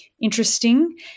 interesting